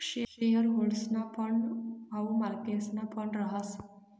share होल्डर्सना fund हाऊ मालकेसना फंड रहास